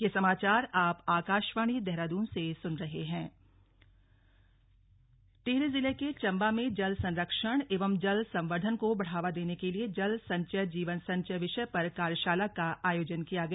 slug कार्यशाला टिहरी टिहरी जिले के चंबा में जल संरक्षण एवं जल संवर्धन को बढ़ावा देने के लिए जल संचय जीवन संचय विषय पर कार्यशाला का आयोजन किया गया